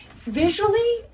Visually